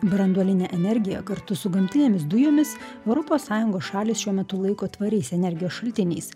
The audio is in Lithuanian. branduolinė energija kartu su gamtinėmis dujomis europos sąjungos šalys šiuo metu laiko tvariais energijos šaltiniais